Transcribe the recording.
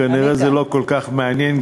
כנראה זה לא כל כך מעניין.